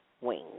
wings